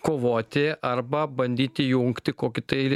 kovoti arba bandyti jungti kokį tai